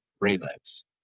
relapse